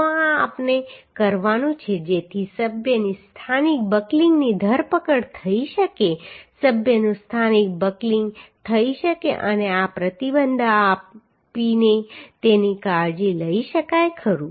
તો આ આપણે કરવાનું છે જેથી સભ્યની સ્થાનિક બકલિંગની ધરપકડ થઈ શકે સભ્યનું સ્થાનિક બકલિંગ થઈ શકે અને આ પ્રતિબંધ આપીને તેની કાળજી લઈ શકાય ખરું